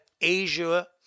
Asia